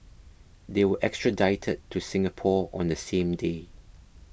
they were extradited to Singapore on the same day